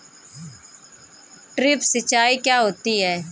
Drip सिंचाई क्या होती हैं?